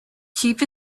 cheap